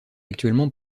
actuellement